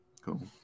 cool